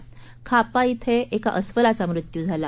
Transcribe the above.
आणि खापा धिं एका अस्वलाचा मृत्यू झाला